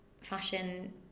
fashion